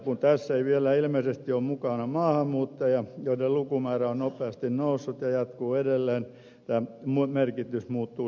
kun tässä ei vielä ilmeisesti ole mukana maahanmuuttajia joiden lukumäärä on nopeasti noussut ja jatkuu edelleen tämän merkitys muuttuu siltäkin osin